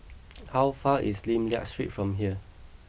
how far is Lim Liak Street from here